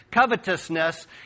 Covetousness